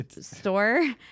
store